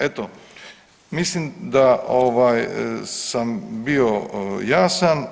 Eto mislim da sam bio jasan.